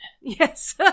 Yes